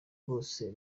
bose